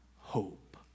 hope